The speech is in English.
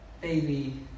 baby